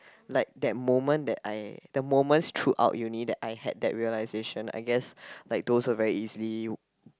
like that moment that I the moments throughout uni that I had that realization I guess like those are very easily